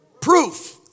Proof